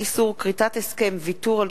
הצעת חוק איסור כריתת הסכם ויתור על